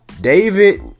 David